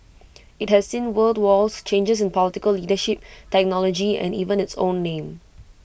IT has seen world wars changes in political leadership technology and even its own name